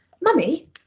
Mummy